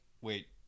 wait